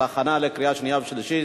להכנה לקריאה שנייה ושלישית.